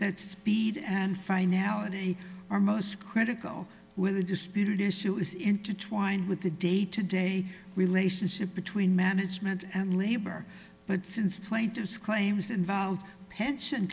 speed and finality are most critical when the disputed issue is intertwined with the day to day relationship between management and labor but since plaintiffs claims involve pension